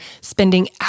spending